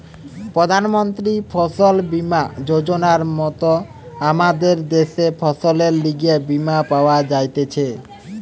প্রধান মন্ত্রী ফসল বীমা যোজনার মত আমদের দ্যাশে ফসলের লিগে বীমা পাওয়া যাইতেছে